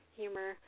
humor